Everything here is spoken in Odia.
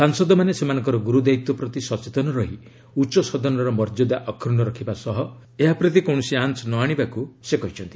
ସାଂସଦମାନେ ସେମାନଙ୍କର ଗୁରୁଦାୟିତ୍ୱ ପ୍ରତି ସଚେତନ ରହି ଉଚ୍ଚସଦନର ମର୍ଯ୍ୟଦା ଅକ୍ଷ୍ରର୍ଣ୍ଣ ରଖିବା ସହ ଏହାପ୍ରତି କୌଣସି ଆଞ୍ଚ ନ ଆଣିବାକୁ ସେ କହିଛନ୍ତି